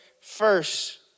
first